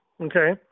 Okay